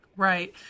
Right